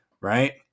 right